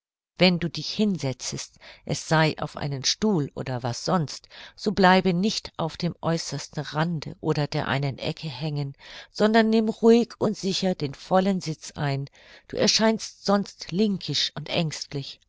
wenn du dich hinsetzest es sei auf einen stuhl oder was sonst so bleibe nicht auf dem äußersten rande oder der einen ecke hängen sondern nimm ruhig und sicher den vollen sitz ein du erscheinst sonst linkisch und ängstlich